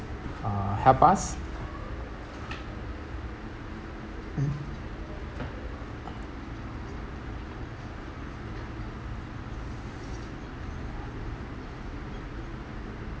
uh help us